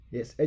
Yes